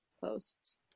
posts